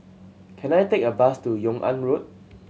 can I take a bus to Yung An Road